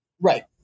right